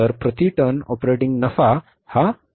तर प्रति ton operating नफा प्रति टन किती आहे